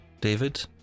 David